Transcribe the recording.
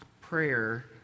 prayer